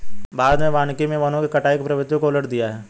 भारत में वानिकी मे वनों की कटाई की प्रवृत्ति को उलट दिया है